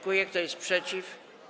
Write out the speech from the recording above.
Kto jest przeciw?